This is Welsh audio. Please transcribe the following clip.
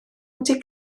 wedi